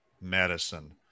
medicine